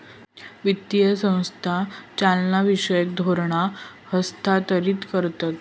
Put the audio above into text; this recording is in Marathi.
वित्तीय संस्था चालनाविषयक धोरणा हस्थांतरीत करतत